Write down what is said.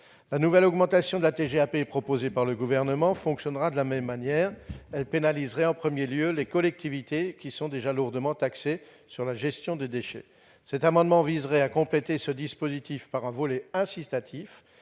la nouvelle augmentation de la TGAP proposée par le Gouvernement. Elle pénalisera en premier lieu les collectivités, qui sont déjà lourdement taxées sur la gestion des déchets. Cet amendement vise à compléter ce dispositif par un volet incitatif.